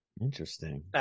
Interesting